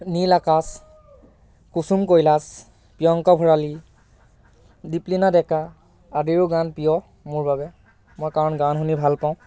নীল আকাশ কুসুম কৈলাশ প্ৰিয়ংকা ভৰালী দীপলিনা ডেকা আদিৰো গান প্ৰিয় মোৰ বাবে মই কাৰণ গান শুনি ভাল পাওঁ